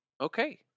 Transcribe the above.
Okay